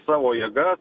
savo jėgas